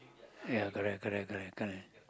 ya correct correct correct correct